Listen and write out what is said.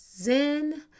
Zen